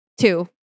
Two